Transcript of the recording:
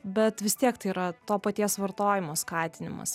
bet vis tiek tai yra to paties vartojimo skatinimas